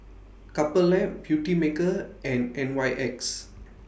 Couple Lab Beautymaker and N Y X